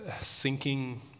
sinking